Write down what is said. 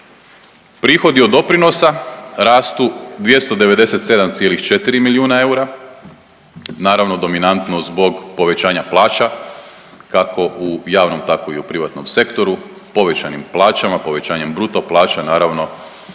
Prihodi od doprinosa rastu 297,4 milijuna eura, naravno dominantno zbog povećanja plaća kako u javnom tako i u privatnom sektoru, povećanjem plaćama, povećanjem bruto plaća naravno